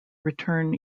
return